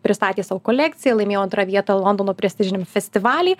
pristatė savo kolekciją laimėjo antrą vietą londono prestižiniam festivaly